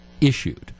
issued